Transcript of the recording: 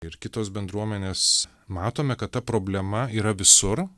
ir kitos bendruomenės matome kad ta problema yra visur